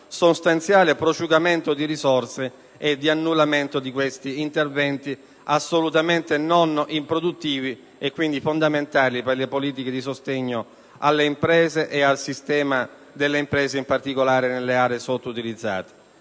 sostanziale riduzione di risorse e di un annullamento di questi interventi assolutamente non improduttivi e quindi fondamentali per le politiche di sostegno al sistema delle imprese, in particolare nelle aree sottoutilizzate.